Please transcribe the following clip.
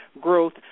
growth